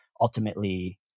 ultimately